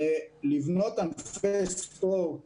הרי לבנות ענפי ספורט